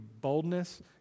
boldness